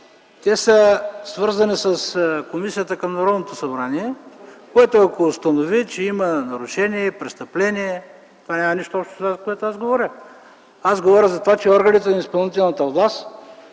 са свързани с Комисията към Народното събрание, която ако установи, че има нарушения, престъпления... Това няма нищо общо с това, за което аз говоря. Аз говоря, че органите на изпълнителната власт,